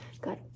Good